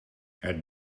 het